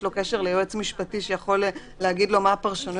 לו קשר ליועץ משפטי שיכול להגיד לו מה הפרשנויות,